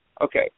Okay